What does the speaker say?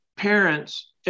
Parents